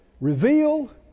reveal